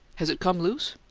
has it come loose?